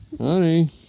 Honey